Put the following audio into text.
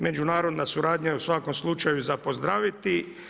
Međunarodna suradnja je u svakom slučaju za pozdraviti.